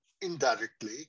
indirectly